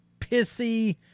pissy